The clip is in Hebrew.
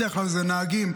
בדרך כלל אלה נהגים,